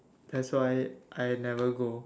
that's why I never go